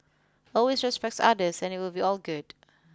always respect others and it will be all good